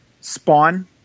Spawn